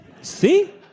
See